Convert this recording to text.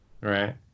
right